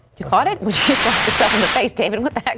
he thought it was just let yourself in the face david with the